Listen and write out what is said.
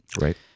Right